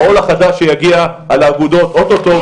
העול החדש שיגיע על האגודות אוטוטו,